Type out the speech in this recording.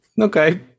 Okay